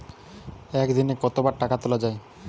একদিনে কতবার টাকা তোলা য়ায়?